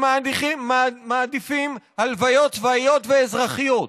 הם מעדיפים הלוויות צבאיות ואזרחיות,